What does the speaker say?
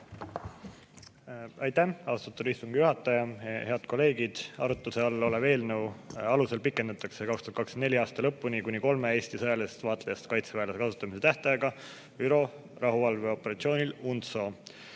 Aitäh, austatud istungi juhataja! Head kolleegid! Arutluse all oleva eelnõu alusel pikendatakse 2024. aasta lõpuni kuni kolme Eesti sõjalisest vaatlejast kaitseväelase kasutamise tähtaega ÜRO rahuvalveoperatsioonil UNTSO